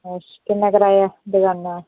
अच्छ किन्ना कराया इक दकाना दा